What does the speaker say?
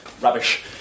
Rubbish